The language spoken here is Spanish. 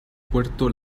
puerto